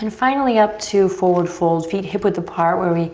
and finally up to forward fold. feet hip width apart where we